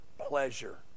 pleasure